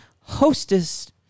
hostess